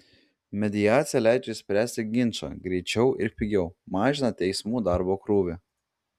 mediacija leidžia išspręsti ginčą greičiau ir pigiau mažina teismų darbo krūvį